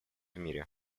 мире